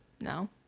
No